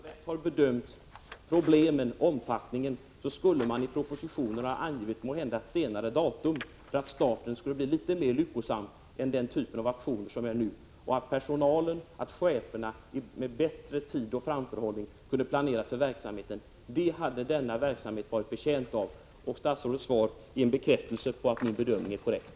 Herr talman! Min slutsats är då att, eftersom statsrådet har bedömt problemen och omfattningen av dem på ett riktigt sätt, skulle man i propositionen måhända ha angivit ett senare datum, så att starten hade blivit litet mer lyckosam än den nu blev. Personalen och cheferna skulle, om de hade haft mer tid och framförhållning, ha kunnat planera verksamheten bättre. Det hade denna verksamhet varit betjänt av. Statsrådets svar är en bekräftelse på att min bedömning är korrekt.